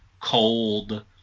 cold